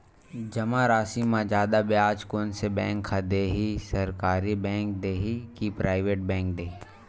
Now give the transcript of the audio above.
जमा राशि म जादा ब्याज कोन से बैंक ह दे ही, सरकारी बैंक दे हि कि प्राइवेट बैंक देहि?